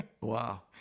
Wow